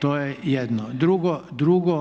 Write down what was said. To je jedno. Drugo,